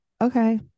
okay